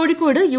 Kozhikode U